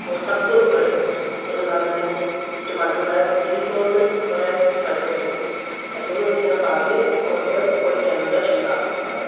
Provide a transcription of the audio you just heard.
ਔਰ ਸਭ ਤੋਂ ਉੱਪਰ ਉਹਦੇ ਨਾਲ ਮੈਂ ਟਮਾਟੋ ਰੈੱਡ ਚਿਲੀ ਸੋਸ ਔਰ ਰੈੱਡ ਟਮੈਟੋ ਸੋਸ ਇਹ ਦੋਨੋਂ ਚੀਜ਼ਾਂ ਪਾ ਕੇ ਔਰ ਉੱਪਰ ਔਰਗੈਨੋ ਦਾ ਛਿੜਕਾਉ ਕੀਤਾ